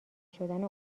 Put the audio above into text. شدن